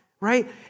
Right